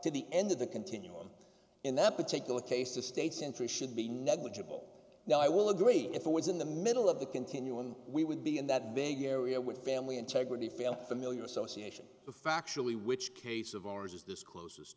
to the end of the continuum in that particular case the state's interest should be negligible now i will agree if it was in the middle of the continuum we would be in that big area with family integrity feel familiar association factually which case of ours is this closest